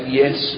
yes